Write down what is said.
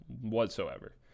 whatsoever